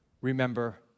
Remember